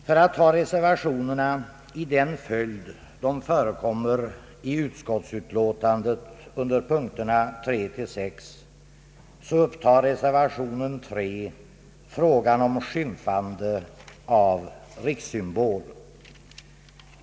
Jag skall beröra reservationerna i den ordning de förekommer i utskottsutlåtandet under punkterna 3—6. Reservation 3 tar upp frågan om skymfande av rikssymbol.